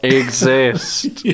exist